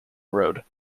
road